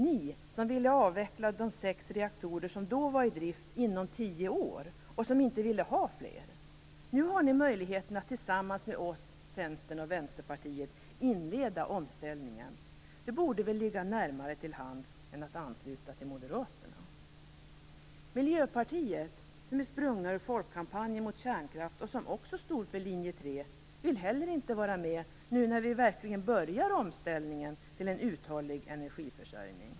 Ni, som ville avveckla de sex reaktorer som då var i drift inom tio år och som inte ville har fler, har nu möjligheten att tillsammans med oss, Centern och Vänsterpartiet inleda omställningen. Det borde väl ligga närmare till hands än att ansluta sig till Moderaterna. Miljöpartiet, som är sprunget ur Folkkampanjen mot kärnkraft och som också stod för linje 3, vill heller inte vara med nu när vi verkligen börjar omställningen till en uthållig energiförsörjning.